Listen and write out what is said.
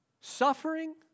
Suffering